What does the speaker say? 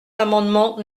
l’amendement